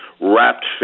wrapped